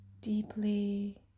deeply